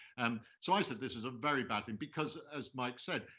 and so i said this is a very bad thing because as mike said,